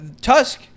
Tusk